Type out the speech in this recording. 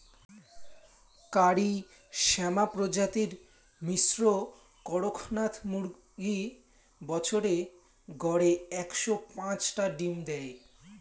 কারি শ্যামা প্রজাতির মিশ্র কড়কনাথ মুরগী বছরে গড়ে একশো পাঁচটা ডিম দ্যায়